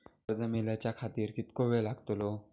कर्ज मेलाच्या खातिर कीतको वेळ लागतलो?